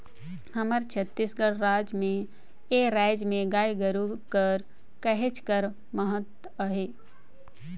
हमर छत्तीसगढ़ राज में ए राएज में गाय गरू कर कहेच कर महत अहे